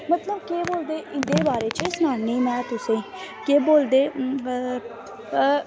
मतलव केह् बोलदे इंदे बारे च सनानी में तुसेंगी केह् बोलदे